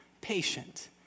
patient